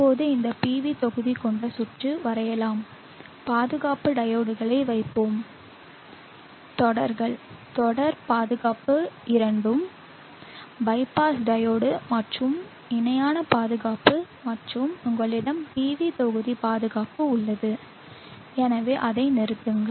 இப்போது இந்த PV தொகுதி கொண்ட சுற்று வரையலாம் பாதுகாப்பு டையோட்களை வைப்போம் தொடர்கள் தொடர் பாதுகாப்பு இரண்டும் பைபாஸ் டையோடு மற்றும் இணையான பாதுகாப்பு மற்றும் உங்களிடம் PV தொகுதி பாதுகாப்பு உள்ளது எனவே அதை நிறுத்துங்கள்